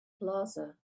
plaza